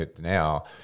now